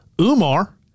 Umar